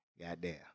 Goddamn